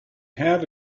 had